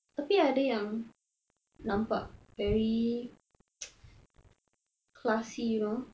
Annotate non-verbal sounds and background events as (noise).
tapi ada yang nampak very (noise) classy you know